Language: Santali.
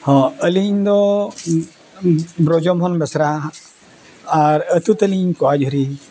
ᱦᱚᱸ ᱟᱹᱞᱤᱧ ᱫᱚ ᱵᱨᱚᱡᱚ ᱢᱳᱦᱚᱱ ᱵᱮᱥᱨᱟ ᱟᱨ ᱟᱛᱳ ᱛᱟᱹᱞᱤᱧ ᱠᱚᱣᱟ ᱡᱷᱩᱨᱤ